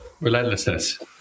relentlessness